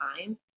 time